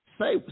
Say